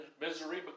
misery